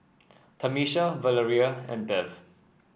Tamisha Valeria and Bev